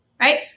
right